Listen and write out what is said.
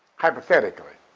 hypothetically.